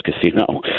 casino